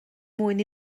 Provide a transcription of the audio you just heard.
mwyn